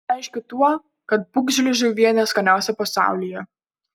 aišku tuo kad pūgžlių žuvienė skaniausia pasaulyje